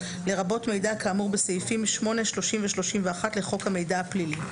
לרבות מידע כאמור בסעיפים 8. 30 ו-31 לחוק המידע הפלילי.